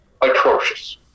atrocious